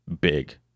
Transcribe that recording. big